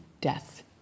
death